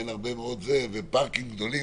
פארקים גדולים,